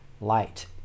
Light